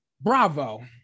Bravo